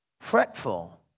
fretful